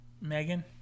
megan